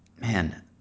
man